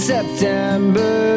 September